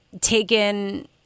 taken